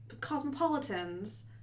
Cosmopolitans